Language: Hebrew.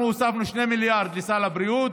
אנחנו הוספנו 2 מיליארד למשרד הבריאות,